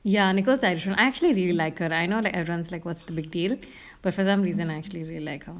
ya nicole the irish [one] I actually really like her like I know like everyone's like what's the big deal but for some reason I actually really like her